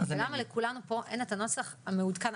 ולמה לכולנו פה אין את הנוסח המעודכן.